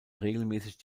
regelmäßig